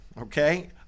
Okay